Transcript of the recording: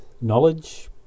knowledge